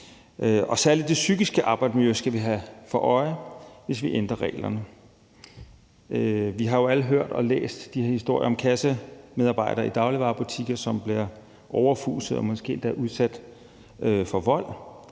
om. Særlig det psykiske arbejdsmiljø skal vi have for øje, hvis vi ændrer reglerne. Vi har jo alle hørt og læst historierne om kassemedarbejdere i dagligvarebutikker, som bliver overfuset og måske endda udsat for vold,